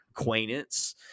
acquaintance